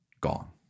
gone